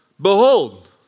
Behold